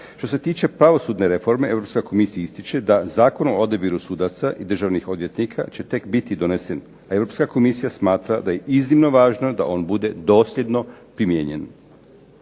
što se tiče pravosudne reforme Europska komisija ističe da Zakon o odabiru sudaca i državnih odvjetnika će tek biti donesen, a Europska komisija smatra da je iznimno važno da on bude dosljedno primijenjen.